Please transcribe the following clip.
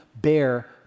bear